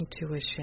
intuition